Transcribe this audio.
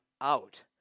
out